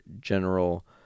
General